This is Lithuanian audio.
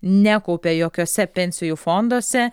nekaupė jokiuose pensijų fonduose